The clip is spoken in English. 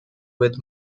with